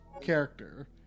character